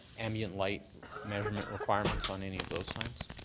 ambient light measurement requirements on any of those signs?